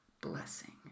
blessing